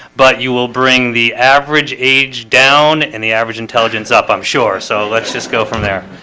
but you will bring the average age down and the average intelligence up i'm sure so let's just go from there.